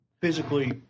physically